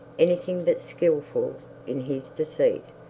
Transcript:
anything but skilful in his deceit,